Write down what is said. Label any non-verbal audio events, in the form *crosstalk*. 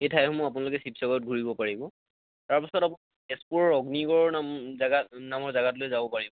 সেই ঠাইসমূহ আপোনালোকে শিৱসাগৰত ঘূৰিব পাৰিব তাৰ পিছত আকৌ তেজপুৰৰ অগ্নিগড়ৰ নামৰ জেগা *unintelligible* নামৰ জেগাটোলৈ যাব পাৰিব